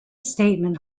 statement